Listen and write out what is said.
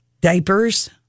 diapers